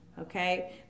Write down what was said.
Okay